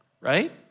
right